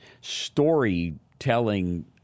storytelling